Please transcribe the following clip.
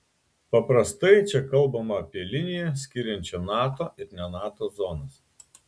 paprastai čia kalbama apie liniją skiriančią nato ir ne nato zonas